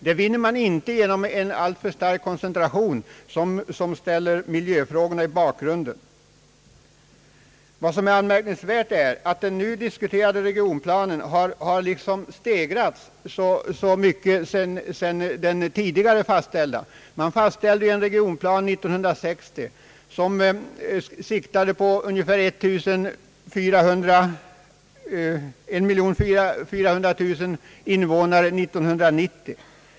Det vinner man inte genom en alltför stark koncentration, som ställer miljöfrågorna i bakgrunden. Det är anmärkningsvärt att ambitionsgraden i den nu diskuterade regionplanen stegrats så mycket i förhållande till den tidigare fastställda. År 1960 fastställdes en regionplan, som siktade på ungefär 1400 000 invånare år 1990.